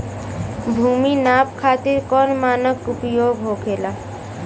भूमि नाप खातिर कौन मानक उपयोग होखेला?